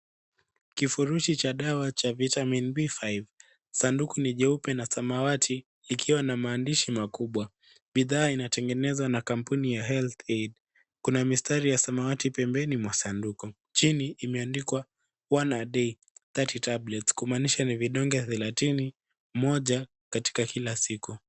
Kifurishi cha dawa ya Vitamin B5. Sanduku ni jeupe na samawati likiwa na maandishi makubwa. Bidhaa inatengenezwa na kampuni ya Health Aid . Kuna mistari ya samawati pembeni mwa sanduku. Chini imeandikwa one a day 30 tablets kumaanisha ni vidonge thelathini , moja katika kila siku.